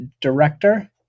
Director